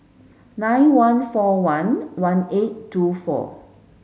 nine one four one one eight two four